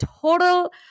total